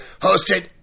hosted